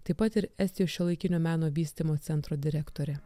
taip pat ir estijos šiuolaikinio meno vystymo centro direktorė